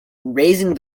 raising